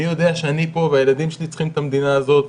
אני יודע שאני פה והילדים שלי צריכים את המדינה הזאת,